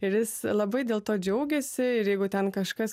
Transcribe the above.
ir jis labai dėl to džiaugiasi ir jeigu ten kažkas